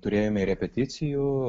turėjome ir repeticijų